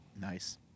Nice